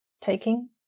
taking